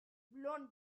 blown